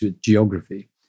geography